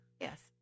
Yes